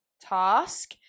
task